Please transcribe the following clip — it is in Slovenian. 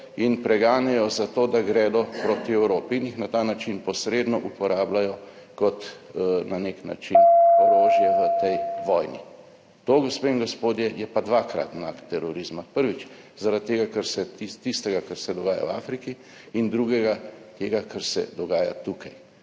in preganjajo zato, da gredo proti Evropi in jih na ta način posredno uporabljajo kot na nek način orožje v tej vojni. To, gospe in gospodje, je pa dvakratni akt terorizma. Prvič zaradi tega, ker se iz tistega, kar se dogaja v Afriki in drugega tega, kar se dogaja tukaj,